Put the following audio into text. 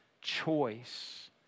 choice